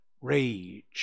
rage